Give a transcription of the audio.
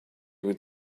would